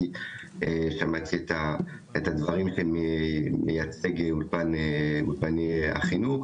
שמעתי את הדברים שמייצג אולפן החינוך.